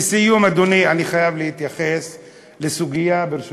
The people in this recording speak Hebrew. לסיום, אדוני, אני חייב להתייחס לסוגיה, ברשותך.